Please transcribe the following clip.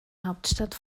hauptstadt